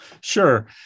Sure